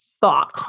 thought